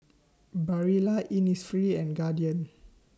Barilla Innisfree and Guardian